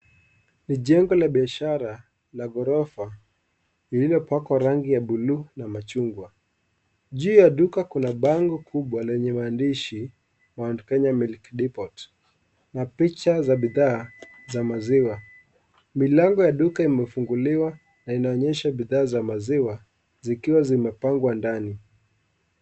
Ni jengo la biashara la ghorofa lililopakwa rangi ya buluu na machungwa juu ya duka kuna bango kubwa lenye maandishi Mount Kenya Milk Depot na picha za bidhaa za maziwa . Milango ya duka imefunguliwa na inaonyesha bidhaa za maziwa zikiwa zimepangwa ndani.